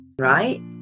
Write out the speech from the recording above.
right